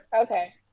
Okay